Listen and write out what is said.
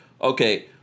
Okay